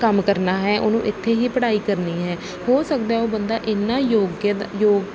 ਕੰਮ ਕਰਨਾ ਹੈ ਉਹਨੂੰ ਇੱਥੇ ਹੀ ਪੜ੍ਹਾਈ ਕਰਨੀ ਹੈ ਹੋ ਸਕਦਾ ਉਹ ਬੰਦਾ ਇੰਨਾ ਯੋਗ ਯੋਗ